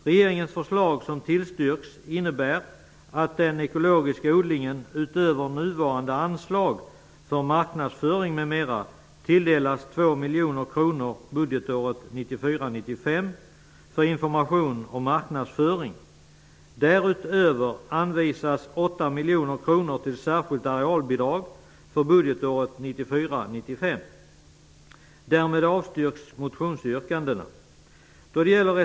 Regeringens förslag, som tillstyrks, innebär att den ekologiska odlingen utöver nuvarande anslag för marknadsföring m.m. tilldelas 2 miljoner kronor budgetåret 1994 95. Därmed avstyrks motionsyrkandena.